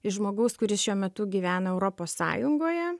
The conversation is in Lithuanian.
iš žmogaus kuris šiuo metu gyvena europos sąjungoje